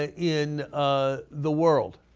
ah in ah the world